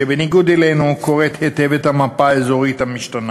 שבניגוד אלינו קוראת היטב את המפה האזורית המשתנה.